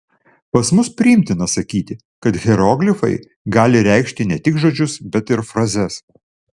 pas mus priimtina sakyti kad hieroglifai gali reikšti ne tik žodžius bet ir frazes